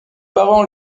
parents